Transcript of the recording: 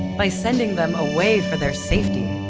by sending them away for their safety.